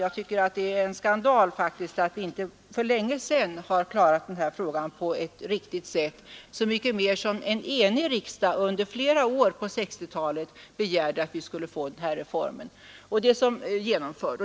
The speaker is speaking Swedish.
Jag tycker faktiskt att det är en skandal att vi inte för länge sedan har klarat den här frågan på ett riktigt sätt — så mycket mer som en enig riksdag under flera år på 1960-talet begärde att vi skulle få den här reformen genomförd.